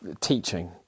teaching